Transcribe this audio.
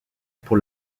pour